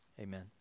Amen